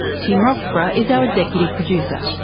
tim roxburgh is our executive producer,